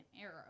arrow